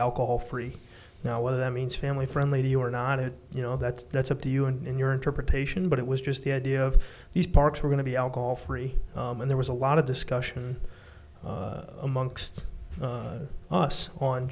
alcohol free now whether that means family friendly to you or not it you know that's that's up to you and in your interpretation but it was just the idea of these parks were going to be alcohol free and there was a lot of discussion amongst us on